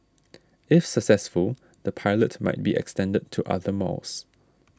if successful the pilot might be extended to other malls